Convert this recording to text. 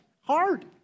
hard